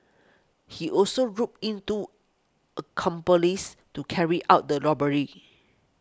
he also roped in two accomplices to carry out the robbery